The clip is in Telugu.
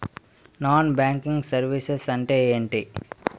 నాన్ బ్యాంకింగ్ సర్వీసెస్ అంటే ఎంటి?